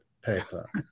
paper